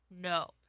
No